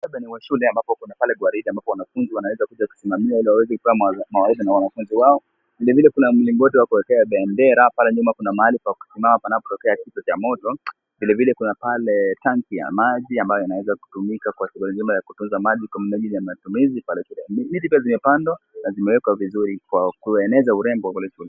Muktadha ni wa shule ambapo kuna pale gwaride ambapo wanafunzi wanawezakuja kusimamia ili waweza kupewa mawaidha na wanafunzi wao. Lingine kuna mlingoti wa kuwekea bendera. Pale nyuma kuna mahali pa kusimama panapotokea kisa cha moto. Vilevile kuna tanki ya maji ambayo yanaweza kutumika kwa shughuli nzima ya kutunza maji kwa minajili ya matumizi pale. Miti pia zimepandwa na zimewekwa vizuri kwa kueneza urembo kwenye shule.